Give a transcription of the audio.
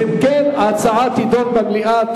אם כן, ההצעה תידון במליאה.